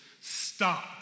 stop